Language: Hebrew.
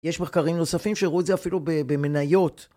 יש מחקרים נוספים שראו את זה אפילו במניות.